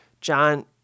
John